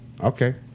Okay